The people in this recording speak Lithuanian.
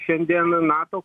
šiandien nato